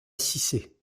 cissé